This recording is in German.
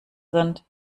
sind